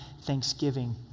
thanksgiving